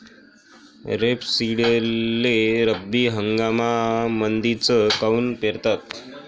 रेपसीडले रब्बी हंगामामंदीच काऊन पेरतात?